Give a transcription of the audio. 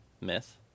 Myth